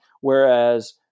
Whereas